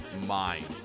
mind